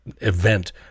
event